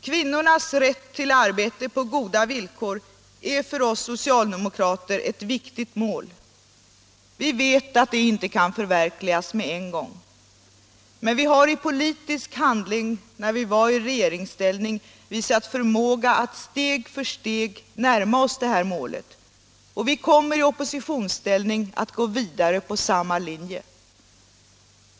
Kvinnornas rätt till arbete på goda villkor är för oss socialdemokrater ett viktigt mål. Vi vet att det inte kan förverkligas med en gång. Men vi har i politisk handling när vi var i regeringsställning visat förmåga att steg för steg närma oss det här målet. Och vi kommer i oppositionsställning att gå vidare på samma linje.